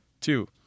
Two